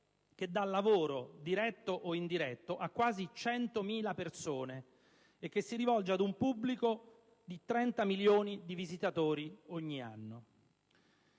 che dà lavoro, diretto o indiretto, a quasi 100.000 persone e che si rivolge ad un pubblico di 30 milioni di visitatori ogni anno.